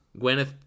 Gwyneth